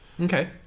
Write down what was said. okay